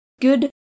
good